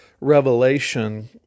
revelation